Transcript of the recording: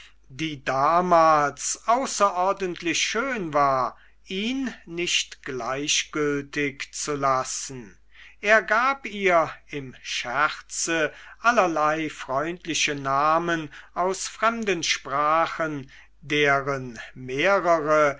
die damals außerordentlich schön war ihn nicht gleichgültig zu lassen er gab ihr im scherze allerlei freundliche namen aus fremden sprachen deren mehrere